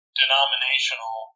denominational